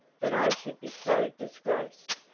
that i should be so disgraced.